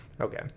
Okay